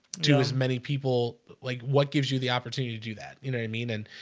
to as many people like what gives you the opportunity to do that, you know, i mean and